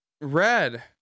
Red